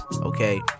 okay